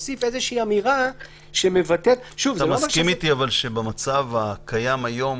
אתה מסכים איתי שבמצב הקיים היום,